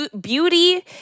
beauty